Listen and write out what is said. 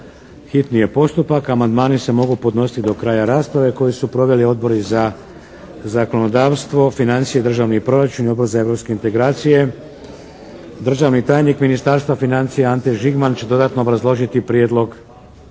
Hitni je postupak. Amandmani se mogu podnositi do kraja rasprave koju su proveli odbori za zakonodavstvo, financije i državni proračun i Odbor za europske integracije. Državni tajnik Ministarstva financija će dodatno obrazložiti prijedlog.